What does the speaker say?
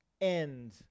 end